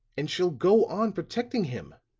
and she'll go on protecting him,